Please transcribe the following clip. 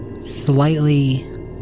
slightly